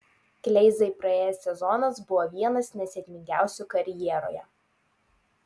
kleizai praėjęs sezonas buvo vienas nesėkmingiausių karjeroje